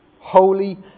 holy